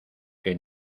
que